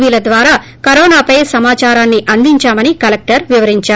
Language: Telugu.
వి ద్వారా కరోనాపై సమాచారాన్ని అందించామని కలెక్టర్ వివరించారు